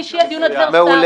בלי שיהיה דיון אדוורסרי,